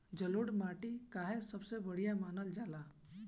जलोड़ माटी काहे सबसे बढ़िया मानल जाला?